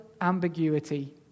ambiguity